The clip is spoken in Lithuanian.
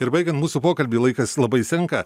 ir baigiant mūsų pokalbį laikas labai senka